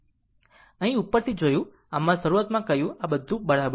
અહીં ઉપરથી જોયું આમ જ શરૂઆતમાં કહ્યું પરંતુ બધું બરાબર છે